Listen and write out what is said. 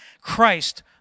Christ